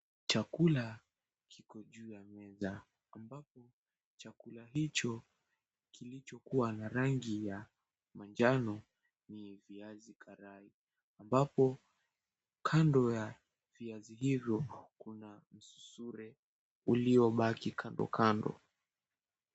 Chakula kipo juu ya meza ambapo chakula hicho kilichokua na rangi ya manjano ni viazi karai ambapo kando ya viazi hivo kuna msurure uliobaki kando kando.